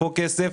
פה כסף.